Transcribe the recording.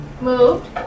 moved